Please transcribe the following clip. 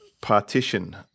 partition